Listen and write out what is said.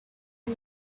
and